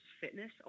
fitness